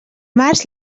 març